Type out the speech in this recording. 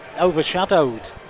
overshadowed